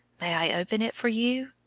may i open it for you?